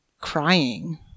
crying